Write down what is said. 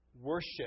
worship